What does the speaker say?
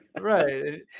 Right